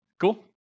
Cool